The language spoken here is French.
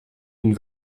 une